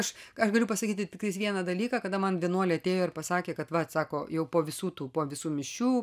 aš aš galiu pasakyti tik vieną dalyką kada man vienuolė atėjo ir pasakė kad va sako jau po visų tų po visų mišių